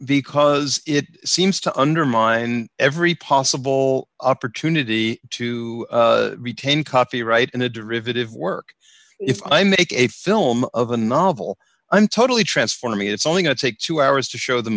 because it seems to undermine every possible opportunity to retain copyright in a derivative work if i make a film of a novel i'm totally transforming it's only going to take two hours to